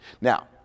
Now